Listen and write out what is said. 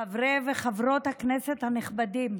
חברי וחברות הכנסת הנכבדים,